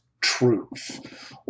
truth